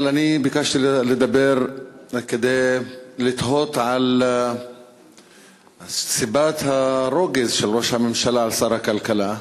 אני ביקשתי לדבר כדי לתהות על סיבת הרוגז של ראש הממשלה על שר הכלכלה.